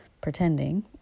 pretending